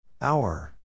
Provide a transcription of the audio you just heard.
Hour